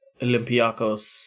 Olympiacos